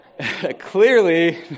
Clearly